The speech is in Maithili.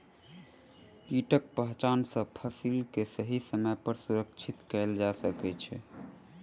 कीटक पहचान सॅ फसिल के सही समय पर सुरक्षित कयल जा सकै छै